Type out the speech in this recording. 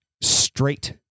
straight